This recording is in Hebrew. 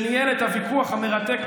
שניהל את הוויכוח המרתק,